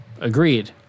agreed